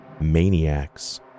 maniacs